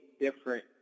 different